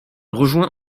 rejoint